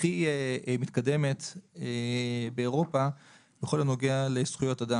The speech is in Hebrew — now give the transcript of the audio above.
הכי מתקדמת באירופה בכל הנוגע לזכויות אדם.